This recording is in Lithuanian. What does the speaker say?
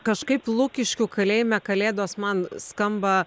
kažkaip lukiškių kalėjime kalėdos man skamba